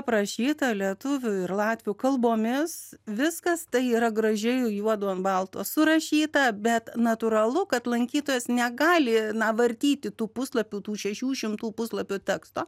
aprašyta lietuvių ir latvių kalbomis viskas tai yra gražiai juodu ant balto surašyta bet natūralu kad lankytojas negali na vartyti tų puslapių tų šešių šimtų puslapių teksto